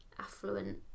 affluent